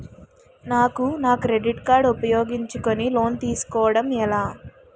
నాకు నా credit card ఉపయోగించుకుని లోన్ తిస్కోడం ఎలా?